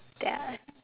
ya